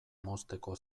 mozteko